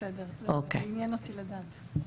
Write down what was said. בסדר, עניין אותי לדעת.